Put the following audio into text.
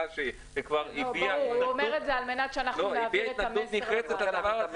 שכבר הביעה התנגדות נחרצת לדבר הזה -- ברור.